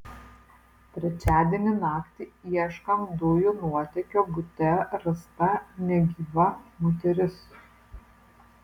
trečiadienį naktį ieškant dujų nuotėkio bute rasta negyva moteris